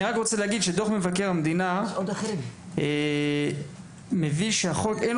אני רק רוצה להגיד שדוח מבקר המדינה מביא שהחוק אינו